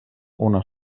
una